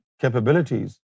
capabilities